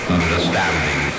understanding